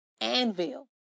anvil